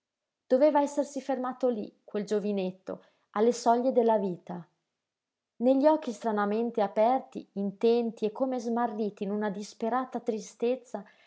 doveva essersi fermato lí quel giovinetto alle soglie della vita negli occhi stranamente aperti intenti e come smarriti in una disperata tristezza